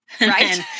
right